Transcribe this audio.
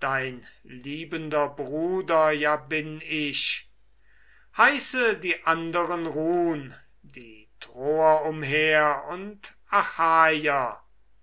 dein liebender bruder ja bin ich heiße die anderen ruhn die troer umher und